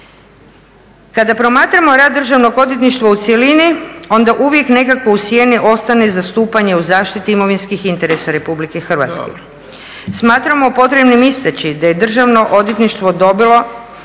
Kada promatramo rad Državno odvjetništva u cjelini onda uvijek nekako u sjeni ostane zastupanje u zaštiti imovinskih interesa RH. Smatramo potrebni istaći da je Državno odvjetništvo dobilo